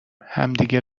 همدیگه